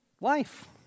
life